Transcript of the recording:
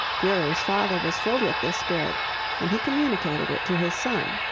durer's father was filled with this spirit and he communicated it to his son.